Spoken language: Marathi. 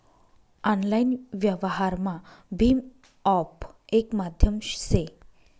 आनलाईन व्यवहारमा भीम ऑप येक माध्यम से